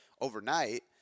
overnight